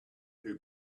who